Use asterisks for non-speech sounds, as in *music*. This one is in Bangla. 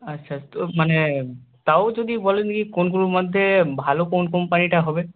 আচ্ছা তো মানে তাও যদি বলেন *unintelligible* কোনগুলোর মধ্যে ভালো কোন কোম্পানিটা হবে